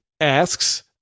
asks